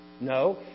No